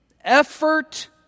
effort